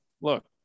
look